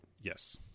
yes